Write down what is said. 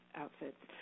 outfits